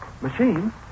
Machine